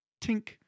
tink